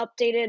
updated